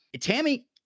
Tammy